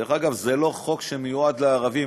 דרך אגב, זה לא חוק שמיועד לערבים.